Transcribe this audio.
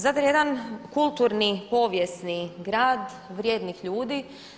Zadar je jedan kulturni, povijesni grad vrijednih ljudi.